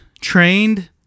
trained